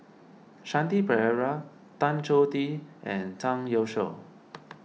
Shanti Pereira Tan Choh Tee and Zhang Youshuo